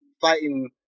fighting